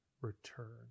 return